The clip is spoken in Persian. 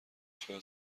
شاید